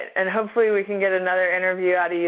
and hopefully we can get another interview out of you